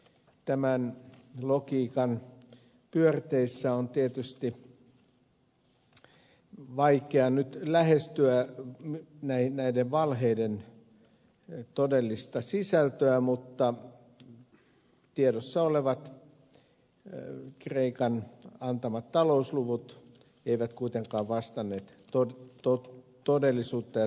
tämän logiikan pyörteissä on tietysti vaikea nyt lähestyä näiden valheiden todellista sisältöä mutta tiedossa olevat kreikan antamat talousluvut eivät kuitenkaan vastanneet todellisuutta ja totuutta